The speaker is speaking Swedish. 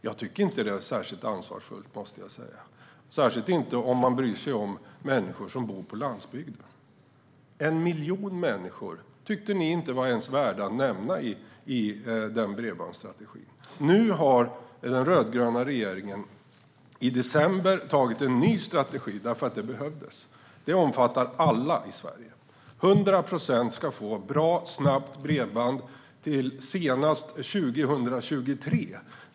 Jag tycker inte att det var särskilt ansvarsfullt, måste jag säga - särskilt inte om man bryr sig om människor som bor på landsbygden. En miljon människor tyckte ni inte ens var värda att nämna i den bredbandsstrategin. Nu har den rödgröna regeringen, i december, antagit en ny strategi - därför att det behövdes. Den omfattar alla i Sverige. 100 procent ska få bra, snabbt bredband senast 2023.